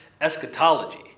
Eschatology